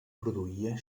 produïa